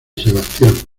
sebastián